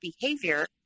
behavior